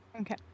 Okay